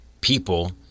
people